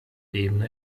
ebene